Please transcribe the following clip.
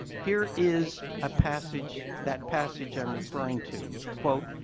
here is a passage, that passage i'm referring to. quote,